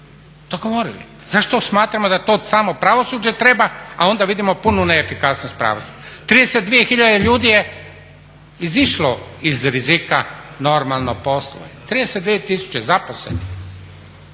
dogovorili. Zašto smatramo da to samo pravosuđe treba, a onda vidimo punu neefikasnost pravosuđa. 32 hiljade ljudi je izišlo iz rizika, normalno posluje. 32 tisuće zaposlenih.